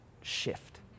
shift